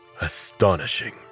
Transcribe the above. Astonishing